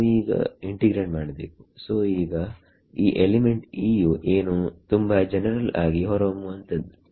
so ಈಗ ಈ element ಯು ಏನು ತುಂಬಾ ಜನರಲ್ ಆಗಿ ಹೊರಹೊಮ್ಮುವಂತಹದ್ದು